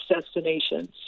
destinations